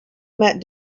met